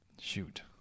shoot